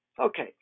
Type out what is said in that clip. Okay